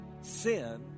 Sin